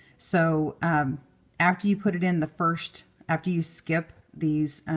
so after you put it in the first after you skip these